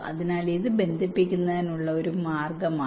അതിനാൽ ഇത് ബന്ധിപ്പിക്കുന്നതിനുള്ള ഒരു മാർഗമാണ്